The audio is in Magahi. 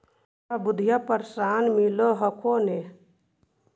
तोहरा वृद्धा पेंशन मिलहको ने?